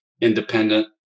independent